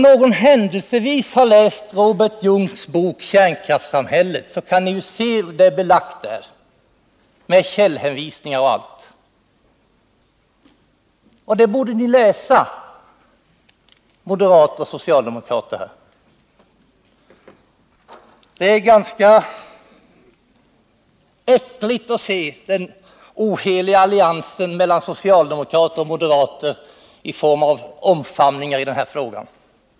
Den som händelsevis har läst Robert Junks bok Kärnkraftssamhället vet att detta finns belagt där med källhänvisningar och allt. Den boken borde ni läsa, moderater och socialdemokrater. Det är ganska äckligt att se den oheliga alliansen mellan socialdemokrater och moderater i form av omfamningar i denna fråga.